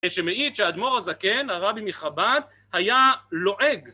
שמעיד שאדמור הזקן, הרבי מחב"ד, היה לועג.